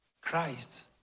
Christ